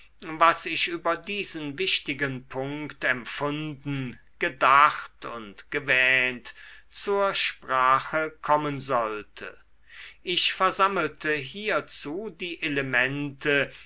was ich über diesen wichtigen punkt empfunden gedacht und gewähnt zur sprache kommen sollte ich versammelte hierzu die elemente